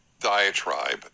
diatribe